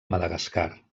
madagascar